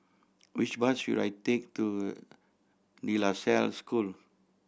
which bus should I take to De La Salle School